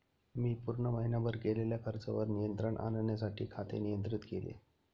मी पूर्ण महीनाभर केलेल्या खर्चावर नियंत्रण आणण्यासाठी खाते नियंत्रित केले